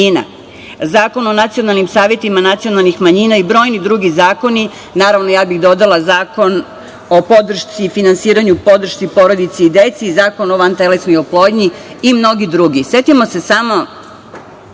Zakon o nacionalnim savetima nacionalnih manjina i brojni drugi zakoni, naravno, ja bih dodala Zakon o podršci i finansiranju porodici i deci, Zakon o vantelesnoj oplodnji i mnogi drugi. Setimo